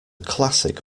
classic